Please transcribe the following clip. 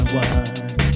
one